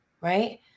Right